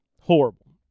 horrible